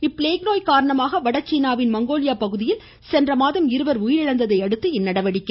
இப்ப்ளேக் நோய் காரணமாக வடசீனாவின் மங்கோலியா பகுதியில் சென்ற மாதம் இருவர் உயிரிழந்ததையடுத்து இந்நடவடிக்கை